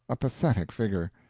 a pathetic figure.